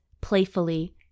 playfully